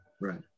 right